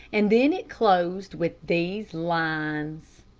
and then it closed with these lines